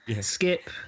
Skip